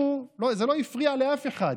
זה לא הפריע לאף אחד,